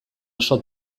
oso